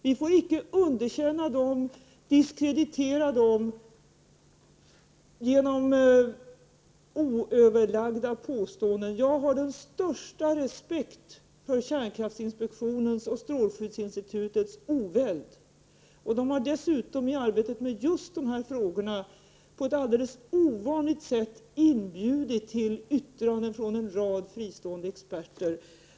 Vi får icke underkänna dem, diskreditera dem genom oöverlagda påståenden. Jag har den största respekt för kärnkraftinspektionens och strålskyddsinstitutets oväld. De har dessutom i arbetet just med dessa frågor på ett alldeles ovanligt sätt inbjudit till yttranden från en rad fristående experter.